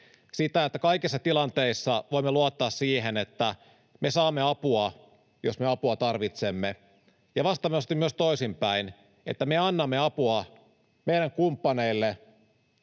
sitä, että kaikissa tilanteissa voimme luottaa siihen, että me saamme apua, jos me apua tarvitsemme, ja vastaavasti myös toisinpäin, että me annamme apua meidän kumppaneillemme